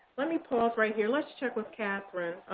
let me pause right here. let's check with kathryn.